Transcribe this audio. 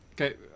Okay